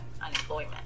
unemployment